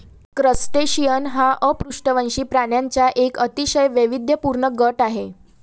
crustacean हा अपृष्ठवंशी प्राण्यांचा एक अतिशय वैविध्यपूर्ण गट आहे